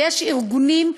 ויש ארגונים,